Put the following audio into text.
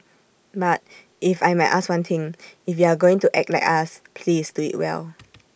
but if I might ask one thing if you are going to act like us please do IT well